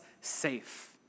safe